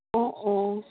অঁ অঁ